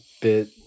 bit